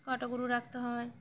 কটা গরু রাখতে হয়